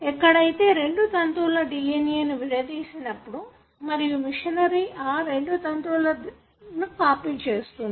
ఎక్కడైతే రెండు తంతువుల DNA ను విడదీసినప్పుడు మరియు మెషినరీ ఆ రెండు తంతువులను కాపీ చేస్తుంది